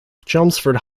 chelmsford